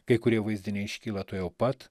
kai kurie vaizdiniai iškyla tuojau pat